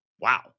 Wow